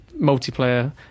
multiplayer